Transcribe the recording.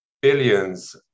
Billions